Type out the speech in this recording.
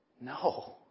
No